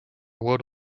world